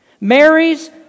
Mary's